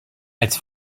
als